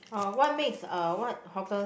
uh what makes uh what hawkers